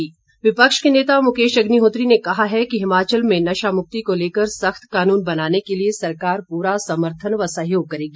अग्निहोत्री विपक्ष के नेता मुकेश अग्निहोत्री ने कहा है कि हिमाचल में नशा मुक्ति को लेकर सख्त कानून बनाने के लिए कांग्रेस पूरा समर्थन व सहयोग करेगी